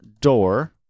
door